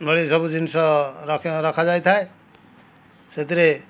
ଭଳି ସବୁ ଜିନିଷ ରଖ ରଖାଯାଇଥାଏ ସେଥିରେ